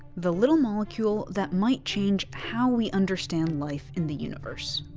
the little molecule that might change how we understand life in the universe.